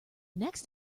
next